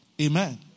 Amen